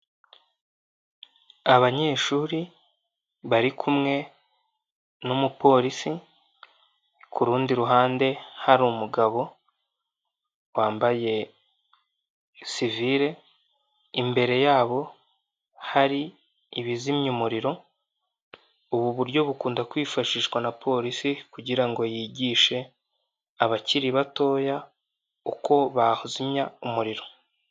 Abanyeshuri bari kumwe n'umupolisi, ku rundi ruhande hari umugabo wambaye sivire, imbere yabo hari ibizimya umuriro, ubu buryo bukunda kwifashishwa na polisi kugira ngo yigishe abakiri batoya uko bazimya umuriro.